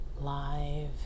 live